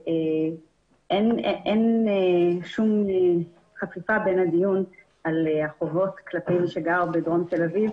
שאין שום כפיפה בין הדיון על החובות כלפי מי שגר בדרום תל-אביב,